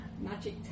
magic